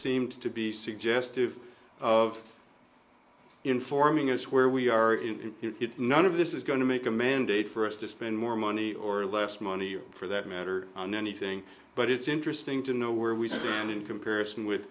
seemed to be suggestive of informing us where we are in it none of this is going to make a mandate for us to spend more money or less money or for that matter on anything but it's interesting to know where we stand in comparison with